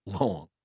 long